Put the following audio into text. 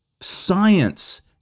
science